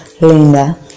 linda